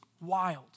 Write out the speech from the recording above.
wild